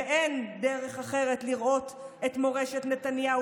ואין דרך אחרת לראות את מורשת נתניהו